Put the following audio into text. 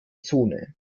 zone